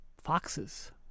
Foxes